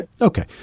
okay